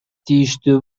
тийиштүү